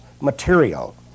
material